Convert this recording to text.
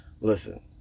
Listen